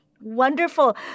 Wonderful